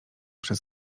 przez